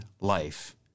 life